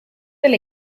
del